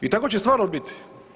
I tako će stvarno biti.